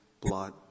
blood